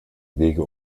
wege